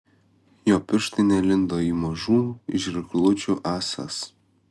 jo pirštai nelindo į mažų žirklučių ąsas